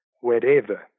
wherever